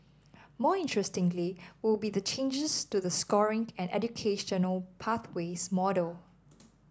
more interestingly will be the changes to the scoring and educational pathways model